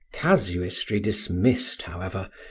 casuistry dismissed, however,